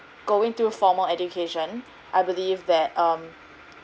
going through a formal education I believe that um